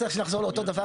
רגע אתה רוצה עוד לבצע?